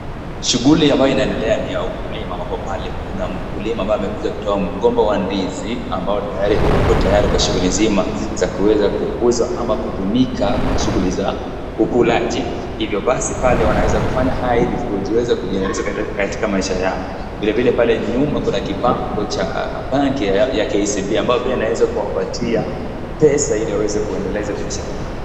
Shughuli ambayo inaendelea ni ya ukulima. Ambapo pale kuna mkulima ambaye amekuja kutoa mgomba wa ndizi ambao tayari uko tayari kwa shughuli nzima za kuweza kuuza ama kutumika kwa shughuli za ukulaji. Hivyo basi pale wanaweza kufanya haya ili kuweza kujilinganisha katika maisha yao. Vile vile pale nyuma kuna kibango cha banki ya kcb ambayo pia inaweza kuwapatia pesa ili aweze kuendeleza biashara yao.